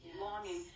longing